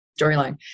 storyline